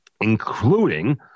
including